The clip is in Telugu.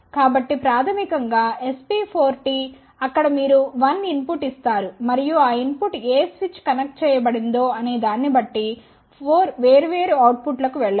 కాబట్టి ప్రాథమికం గా SP4T అక్కడ మీరు 1 ఇన్పుట్ ఇస్తారు మరియు ఆ ఇన్పుట్ ఏ స్విచ్ కనెక్ట్ చేయబడిందో అనే దాన్ని బట్టి 4 వేర్వేరు అవుట్పుట్లకు వెళ్ళవచ్చు